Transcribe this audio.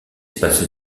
espaces